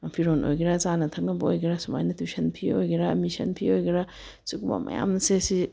ꯐꯤꯔꯣꯜ ꯑꯣꯏꯒꯦꯔꯥ ꯆꯥꯅ ꯊꯛꯅꯕ ꯑꯣꯏꯒꯦꯔꯥ ꯁꯨꯃꯥꯏꯅ ꯇ꯭ꯌꯨꯁꯟ ꯐꯤ ꯑꯣꯏꯒꯦꯔꯥ ꯑꯦꯠꯃꯤꯁꯟ ꯐꯤ ꯑꯣꯏꯒꯦꯔꯥ ꯁꯨꯒꯨꯝꯕ ꯃꯌꯥꯝꯁꯦ ꯁꯤ